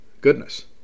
Goodness